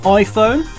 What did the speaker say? iPhone